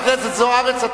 חברת הכנסת זוארץ,